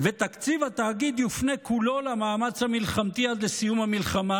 ותקציב התאגיד יופנה כולו למאמץ המלחמתי עד לסיום המלחמה,